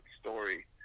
story